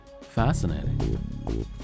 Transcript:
Fascinating